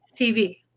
TV